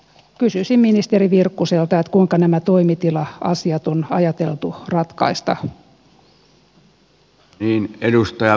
kysyisin ministeri virkkuselta kuinka nämä toimitila asiat on ajateltu ratkaista